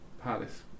Palace